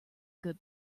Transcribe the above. good